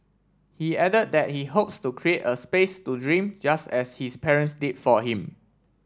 he added that he hopes to create a space to dream just as his parents did for him